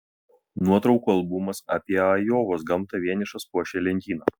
nuotraukų albumas apie ajovos gamtą vienišas puošė lentyną